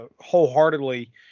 wholeheartedly